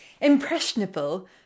impressionable